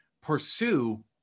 pursue